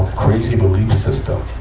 crazy belief system.